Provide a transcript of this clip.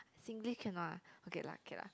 Singlish can not ah okay lah okay lah